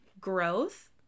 growth